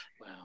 Wow